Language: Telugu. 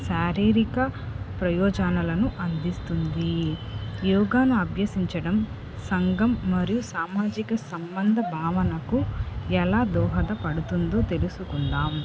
శారీరిక ప్రయోజనలను అందిస్తుంది యోగాను అభ్యసించడం సంఘం మరియు సామాజిక సంబంధ భావనకు ఎలా దోహదపడుతుందో తెలుసుకుందాం